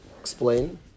Explain